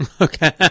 Okay